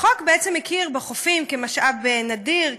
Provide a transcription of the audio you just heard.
החוק בעצם הכיר בחופים כמשאב נדיר,